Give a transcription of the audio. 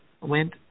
went